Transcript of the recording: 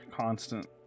constant –